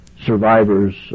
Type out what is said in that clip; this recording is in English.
Survivors